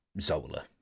Zola